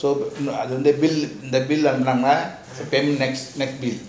so the bill the bill நம்ம:amma pay them next next bill